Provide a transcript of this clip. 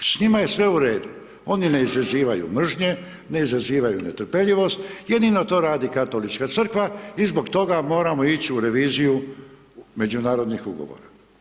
S njima je sve u redu, oni ne izazivaju mržnje, ne izazivaju netrpeljivost, jedino to radi Katolička crkva i zbog toga moramo ići u reviziju međunarodnih ugovora.